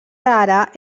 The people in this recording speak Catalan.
ara